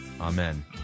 Amen